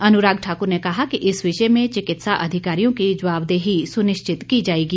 अनुराग ठाकुर ने कहा कि इस विषय में चिकित्सा अधिकारियों की जवाबदेही सुनिश्चित की जाएगी